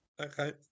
Okay